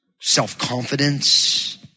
self-confidence